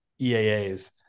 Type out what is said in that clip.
EAAs